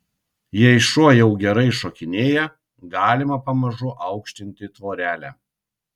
jei šuo jau gerai šokinėja galima pamažu aukštinti tvorelę